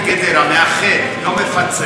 מאחד, לא מפצל.